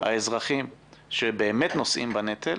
האזרחים שבאמת נושאים בנטל